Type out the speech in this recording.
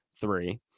three